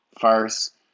first